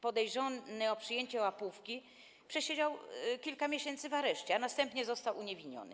Podejrzany o przyjęcie łapówki przesiedział kilka miesięcy w areszcie, a następnie został uniewinniony.